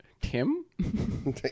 Tim